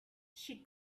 she